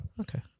okay